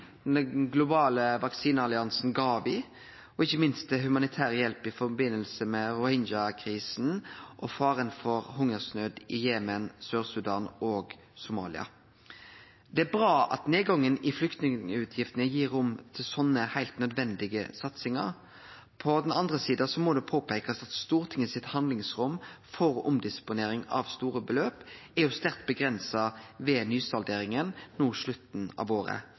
den globale vaksinealliansen GAVI og ikkje minst humanitær hjelp i samband med rohingya-krisa og faren for hungersnød i Jemen, Sør-Sudan og Somalia. Det er bra at nedgangen i flyktningutgiftene gir rom for slike heilt nødvendige satsingar. På den andre sida må det påpeikast at Stortinget sitt handlingsrom for omdisponering av store beløp er sterkt avgrensa ved nysalderinga mot slutten av året.